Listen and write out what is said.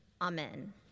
Amen